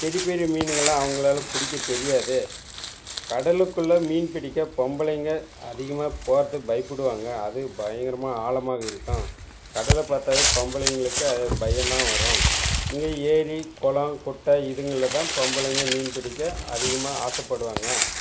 பெரிய பெரிய மீனுங்களெல்லாம் அவங்களால பிடிக்கத் தெரியாது கடலுக்குள்ளே மீன் பிடிக்க பொம்பளைங்கள் அதிகமாக போகிறத்துக்கு பயப்படுவாங்க அது பயங்கரமான ஆழமாக இருக்கும் கடலை பார்த்தாவே பொம்பளைங்களுக்கு அது பயம்தான் வரும் இங்கே ஏரி குளம் குட்டை இதுங்களில் தான் பொம்பளைங்கள் மீன் பிடிக்க அதிகமாக ஆசைப்படுவாங்க